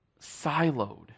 siloed